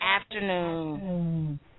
afternoon